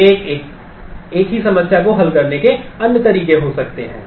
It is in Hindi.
तो एक ही समस्या को हल करने के अन्य तरीके हो सकते हैं